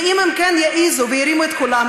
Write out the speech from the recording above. ואם הם כן יעזו וירימו את קולם,